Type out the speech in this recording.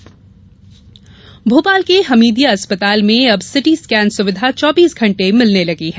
सुविधा भोपाल के हमीदिया अस्पताल में अब सिटी स्कैन सुविधा चौबीस घण्टे मिलने लगी है